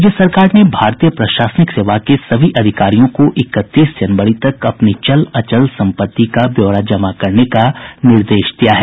राज्य सरकार ने भारतीय प्रशासनिक सेवा के सभी अधिकारियों को इकतीस जनवरी तक अपनी चल अचल संपत्ति का ब्यौरा जमा करने का निर्देश दिया है